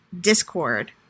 Discord